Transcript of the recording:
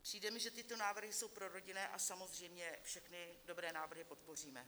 Přijde mi, že tyto návrhy jsou prorodinné, a samozřejmě všechny dobré návrhy podpoříme.